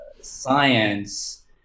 science